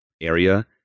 area